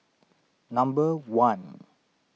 number one